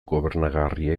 gobernagarria